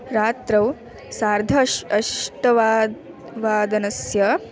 रात्रौ सार्ध अष् अष्टवाद् वादनस्य